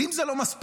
ואם זה לא מספיק,